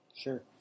Sure